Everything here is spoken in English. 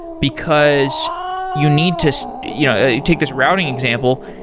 because you need to so you know you take this routing example,